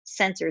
sensors